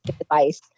advice